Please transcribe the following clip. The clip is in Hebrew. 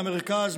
מהמרכז,